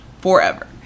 forever